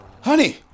Honey